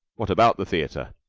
what about the theater?